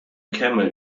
camel